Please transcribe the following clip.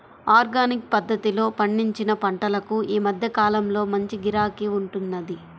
organic పద్ధతిలో పండించిన పంటలకు ఈ మధ్య కాలంలో మంచి గిరాకీ ఉంటున్నది